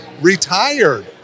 retired